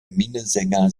minnesänger